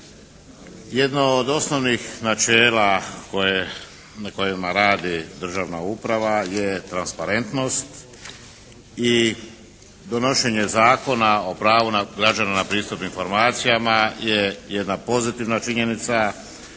Jedno od osnovnih načela na kojima radi državna uprava je transparentnost i donošenje Zakona o pravu građana na pristup informacijama je jedna pozitivna činjenica